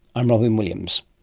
i'm robyn williams